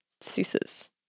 ceases